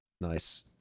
Nice